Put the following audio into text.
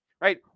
right